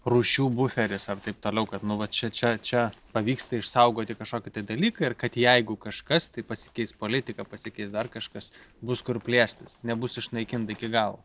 rūšių buferis ar taip toliau kad nu vat čia čia čia pavyksta išsaugoti kažkokį dalyką ir kad jeigu kažkas tai pasikeis politika pasikeis dar kažkas bus kur plėstis nebus išnaikinta iki galo